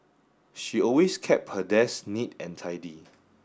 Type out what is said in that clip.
she always kept her desk neat and tidy